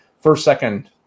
first-second